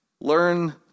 learn